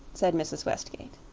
said mrs. westgate.